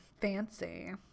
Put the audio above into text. fancy